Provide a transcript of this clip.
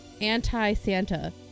anti-Santa